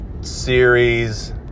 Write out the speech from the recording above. Series